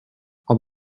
are